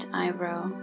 eyebrow